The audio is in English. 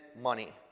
money